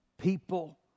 people